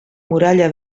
muralla